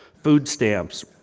food stamps,